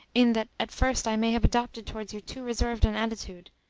in that at first i may have adopted towards you too reserved an attitude,